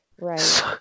Right